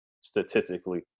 statistically